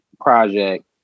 project